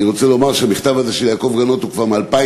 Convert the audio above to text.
אני רוצה לומר שהמכתב של יעקב גנות הוא מ-2010,